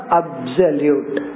absolute